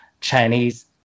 Chinese